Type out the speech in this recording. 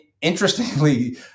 interestingly